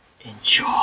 Enjoy